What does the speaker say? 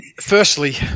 Firstly